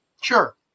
Sure